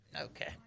Okay